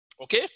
okay